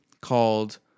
called